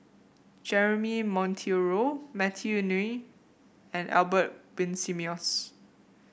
Jeremy Monteiro Matthew Ngui and Albert Winsemius